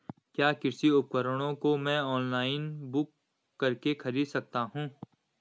क्या कृषि उपकरणों को मैं ऑनलाइन बुक करके खरीद सकता हूँ?